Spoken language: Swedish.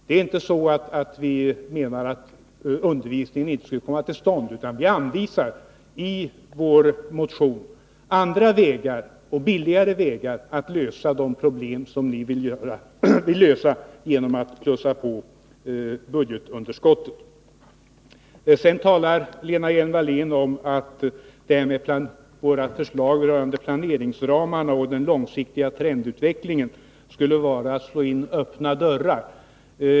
Det är inte så att vi menar att undervisningen inte skulle komma till stånd, utan vi anvisar i vår motion andra och billigare vägar för att lösa de problem som ni vill lösa genom att plussa på budgetunderskottet. Sedan talar Lena Hjelm-Wallén om att våra förslag rörande planeringsramarna och den långsiktiga trendutvecklingen skulle vara att slå in öppna dörrar.